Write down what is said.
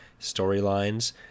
storylines